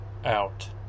out